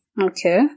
Okay